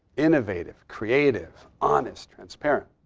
innovative, creative, honest, transparent.